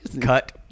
Cut